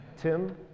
Tim